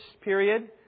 period